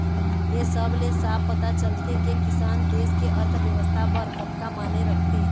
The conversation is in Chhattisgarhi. ए सब ले साफ पता चलथे के किसान देस के अर्थबेवस्था बर कतका माने राखथे